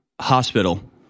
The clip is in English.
hospital